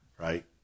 Right